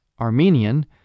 Armenian